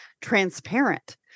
transparent